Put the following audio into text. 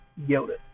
Yoda